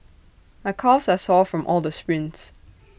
my calves are sore from all the sprints